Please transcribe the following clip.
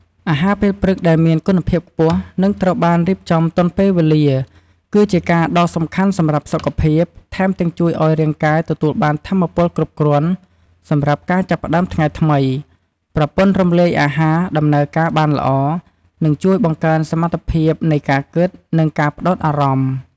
អាហារពេលព្រឹកដែលមាន គុណភាពខ្ពស់ និងត្រូវបានរៀបចំទាន់ពេលវេលា គឺជាការដ៏សំខាន់សម្រាប់សុខភាព ថែមទាំងជួយឲ្យរាងកាយទទួលបានថាមពលគ្រប់គ្រាន់សម្រាប់ការចាប់ផ្ដើមថ្ងៃថ្មី ប្រព័ន្ធរំលាយអាហារដំណើរការបានល្អ និងជួយបង្កើនសមត្ថភាពនៃការគិត និងការផ្ដោតអារម្មណ៍។